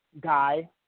guy